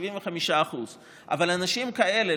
75%. אבל אנשים כאלה,